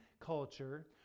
culture